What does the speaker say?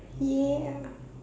yeah